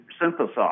synthesize